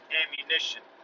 ammunition